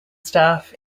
staff